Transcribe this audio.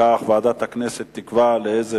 ועדת הכנסת נתקבלה.